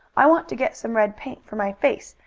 i want to get some red paint for my face,